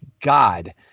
God